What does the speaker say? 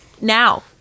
Now